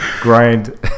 grind